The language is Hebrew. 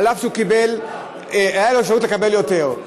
אף שהייתה לו אפשרות לקבל יותר.